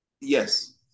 Yes